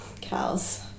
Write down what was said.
cows